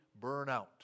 burnout